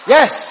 Yes